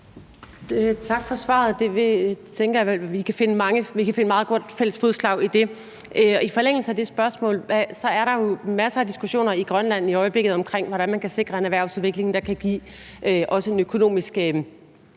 at vi sagtens kan finde fælles fodslag om det. I forlængelse af det spørgsmål er der jo masser af diskussioner i Grønland om, hvordan man kan sikre en erhvervsudvikling, der kan styrke det grønlandske